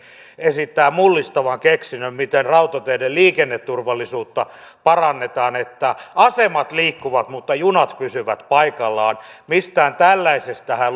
esittää mullistavan keksinnön miten rautateiden liikenneturvallisuutta parannetaan asemat liikkuvat mutta junat pysyvät paikallaan mistään tällaisestahan